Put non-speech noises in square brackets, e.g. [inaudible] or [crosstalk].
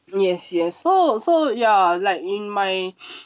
yes yes so so ya like in my [noise]